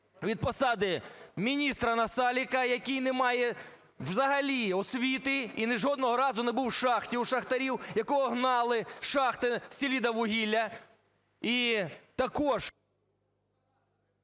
від посади міністра Насалика, який немає взагалі освіти і жодного разу не був в шахті у шахтарів, якого гнали з шахти "Селидіввугілля". І також...